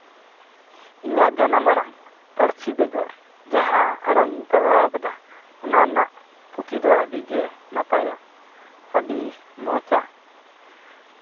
ᱤᱧᱟᱹᱜ ᱡᱟᱱᱟᱢ ᱟᱲᱟᱝ ᱯᱟᱹᱨᱥᱤ ᱵᱮᱜᱚᱨ ᱡᱟᱦᱟᱸ ᱟᱲᱟᱝᱤᱧ ᱯᱟᱲᱦᱟᱣ ᱟᱠᱟᱫᱟ ᱚᱱᱟ ᱨᱮᱭᱟᱜ ᱯᱩᱛᱷᱤ ᱫᱚ ᱟᱹᱰᱤ ᱜᱮ ᱱᱟᱯᱟᱭᱟ ᱟᱹᱰᱤ ᱢᱚᱸᱡᱽᱼᱟ